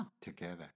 together